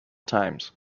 times